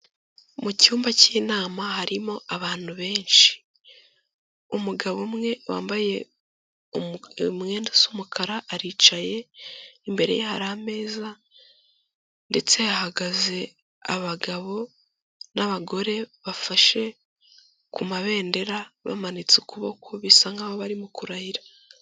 Mu cyumba cy'inama harimo abantu benshi, umugabo umwe wambaye umwenda usa umukara, aricaye, imbere ye hari ameza, ndetse hahagaze abagabo n'abagore bafashe ku mabendera, bamanitse ukuboko, bisa nk'aho barimo kurahira.